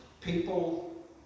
people